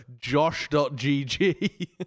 Josh.gg